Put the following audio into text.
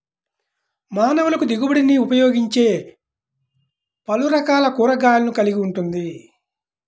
మానవులకుదిగుబడినిఉపయోగించేపలురకాల కూరగాయలను కలిగి ఉంటుంది